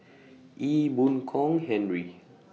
Ee Boon Kong Henry